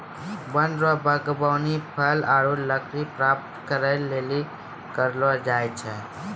वन रो वागबानी फल आरु लकड़ी प्राप्त करै लेली करलो जाय छै